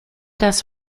das